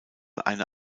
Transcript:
eine